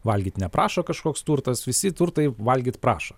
valgyt neprašo kažkoks turtas visi turtai valgyt prašo